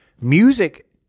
Music